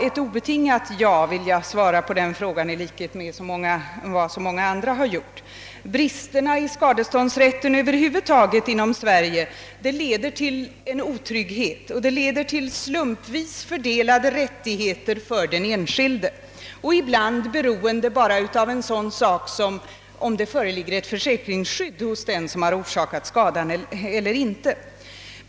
Ett obetingat ja vill jag svara på den frågan i likhet med vad så många andra har gjort. Bristerna i den svenska skadeståndsrätten över huvud taget leder till otrygghet och slumpvis fördelade rättigheter för den enskilde. Ibland beror rätten till skadestånd bara på en sådan sak som om det föreligger ett försäkringsskydd hos den som har orsakat skadan eller inte.